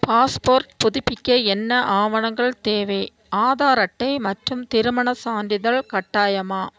passport புதுப்பிக்க என்ன ஆவணங்கள் தேவை ஆதார் அட்டை மற்றும் திருமணச் சான்றிதழ் கட்டாயமா